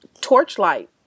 Torchlight